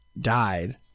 died